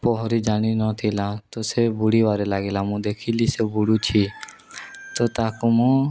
ପହଁରି ଜାଣିନଥିଲା ତ ସେ ବୁଡ଼ିବାରେ ଲାଗିଲା ମୁଁ ଦେଖିଲି ସେ ବୁଡ଼ୁଛି ତ ତାକୁ ମୁଁ